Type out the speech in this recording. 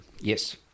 Yes